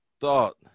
thought